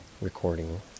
recording